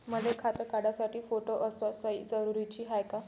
मले खातं काढासाठी फोटो अस सयी जरुरीची हाय का?